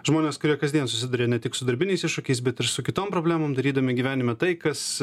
žmonės kurie kasdien susiduria ne tik su darbiniais iššūkiais bet ir su kitom problemom darydami gyvenime tai kas